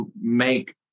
make